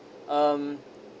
um